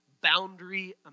boundary